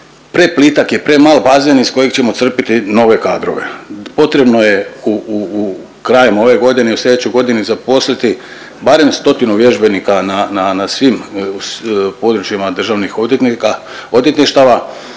preplitak je, premal bazen iz kojeg ćemo crpiti nove kadrove, potrebno je u, u, u, krajem ove godine i u slijedećoj godini zaposliti barem stotinu vježbenika na, na, na svim područjima državnih odvjetnika,